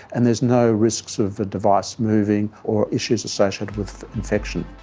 and there's no risks of the device moving or issues associated with infection.